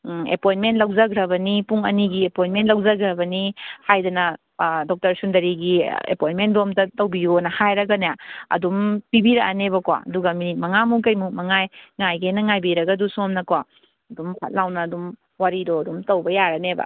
ꯑꯦꯄꯣꯏꯟꯃꯦꯟ ꯂꯧꯖꯈ꯭ꯔꯕꯅꯤ ꯄꯨꯡ ꯑꯅꯤꯒꯤ ꯑꯦꯄꯣꯏꯟꯃꯦꯟ ꯂꯧꯖꯈ꯭ꯔꯕꯅꯤ ꯍꯥꯏꯗꯅ ꯗꯣꯛꯇꯔ ꯁꯨꯟꯗꯔꯤꯒꯤ ꯑꯦꯄꯣꯏꯟꯃꯦꯟꯗꯣ ꯑꯝꯇ ꯇꯧꯕꯤꯌꯣꯅ ꯍꯥꯏꯔꯒꯅꯦ ꯑꯗꯨꯝ ꯄꯤꯕꯤꯔꯛꯑꯅꯦꯕꯀꯣ ꯑꯗꯨꯒ ꯃꯤꯅꯤꯠ ꯃꯉꯥꯃꯨꯛ ꯀꯩꯃꯨꯛ ꯃꯉꯥꯏ ꯉꯥꯏꯒꯦꯅ ꯉꯥꯏꯕꯤꯔꯒ ꯑꯗꯨ ꯁꯣꯝꯅꯀꯣ ꯑꯗꯨꯝ ꯐꯠ ꯂꯥꯎꯅ ꯑꯗꯨꯝ ꯋꯥꯔꯤꯗꯣ ꯑꯗꯨꯝ ꯇꯧꯕ ꯌꯥꯔꯅꯦꯕ